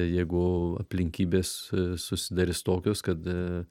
jeigu aplinkybės susidarys tokios kad